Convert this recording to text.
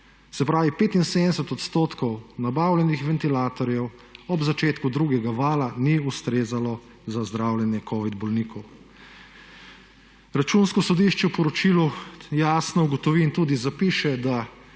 Se pravi, da 75 % nabavljenih ventilatorjev ob začetku drugega vala ni ustrezalo za zdravljenje covidnih bolnikov. Računsko sodišče v poročilu jasno ugotovi in tudi zapiše, da